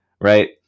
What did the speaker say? right